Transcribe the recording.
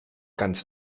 ganz